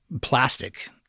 plastic